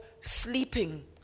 sleeping